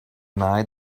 night